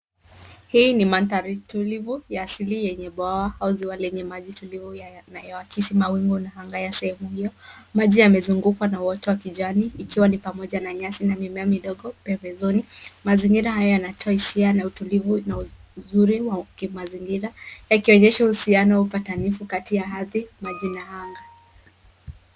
Hii ni mandhari tulivu ya asili yenye bwawa au ziwa lenye maji tulivu, yanayoakisi mawingu na anga ya sehemu hiyo. Maji yamezungukwa na uoto wa kijani ikiwa ni pamoja na nyasi na mimea midogo pembezoni. Mazingira haya yanata hisia na utulivu na uzuri wa kimazingira, yakionyesha uhusiano patanifu kati ya ardhi na jina anga.